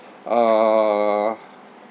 uh